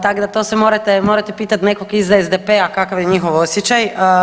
Tak da to se morate, morate pitati nekog iz SDP-a kakav je njihov osjećaj.